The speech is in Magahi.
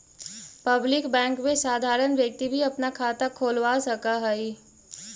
पब्लिक बैंक में साधारण व्यक्ति भी अपना खाता खोलवा सकऽ हइ